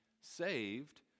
saved